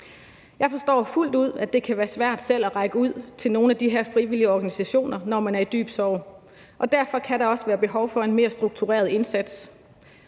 Jeg forstår fuldt ud, at det kan være svært selv at række ud til nogle af de her frivillige organisationer, når man er i dyb sorg, og derfor kan der også være behov for en mere struktureret indsats.